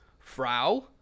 Frau